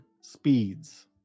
speeds